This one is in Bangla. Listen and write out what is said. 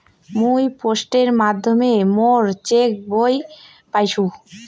মুই পোস্টের মাধ্যমে মোর চেক বই পাইসু